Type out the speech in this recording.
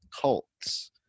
cults